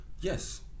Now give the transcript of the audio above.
yes